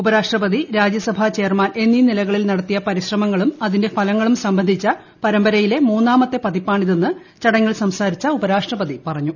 ഉപരാഷ്ട്രപതി രാജ്യസഭാ ചെയർമാൻ എന്നീ നില്കളിൽ നടത്തിയ പരിശ്രമങ്ങളും അതിന്റെ ഫലങ്ങളും സംബന്ധിച്ച പരമ്പരയിലെ മൂന്നാമത്തെ പതിപ്പാണ് ഇതെന്ന് ചടങ്ങിൽ സംസാരിച്ച ഉപരാഷ്ട്രപതി പറഞ്ഞു